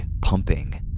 pumping